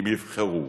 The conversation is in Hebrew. אם יבחרו